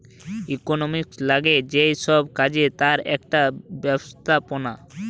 economics লাগে যেই সব কাজে তার একটা ব্যবস্থাপনা